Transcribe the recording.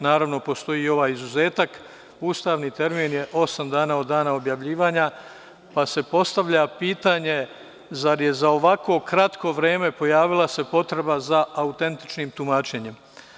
Naravno postoji ovaj izuzetak, ustavni termin je osam dana od dana objavljivanja, pa se postavlja pitanje – zar se ovako kratko vreme pojavila potreba za autentičnim tumačenjem?